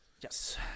Yes